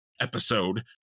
episode